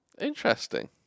Interesting